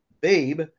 Babe